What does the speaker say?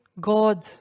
God